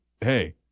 hey